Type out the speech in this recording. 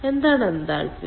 എന്താണ് എൻതാൽപ്പി